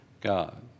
God